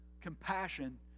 compassion